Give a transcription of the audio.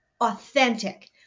authentic